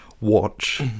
watch